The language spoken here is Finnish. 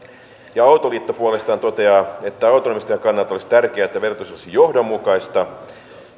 ja autoliitto puolestaan toteaa että autonomistajan kannalta olisi tärkeää että verotus olisi johdonmukaista ja